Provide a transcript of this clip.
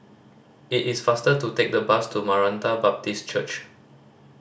it is faster to take the bus to Maranatha Baptist Church